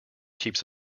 keeps